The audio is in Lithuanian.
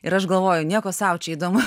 ir aš galvoju nieko sau čia įdomu